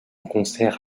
concert